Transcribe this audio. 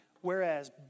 whereas